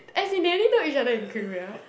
as in they already know each other in Creamier